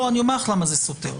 אומר למה זה סותר.